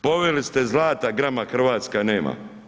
Pomeli ste, zlata grama Hrvatska nema.